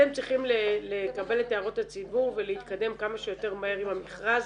אתם צריכים לקבל את הערות הציבור ולהתקדם כמה שיותר מהר עם המכרז.